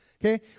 Okay